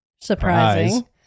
Surprising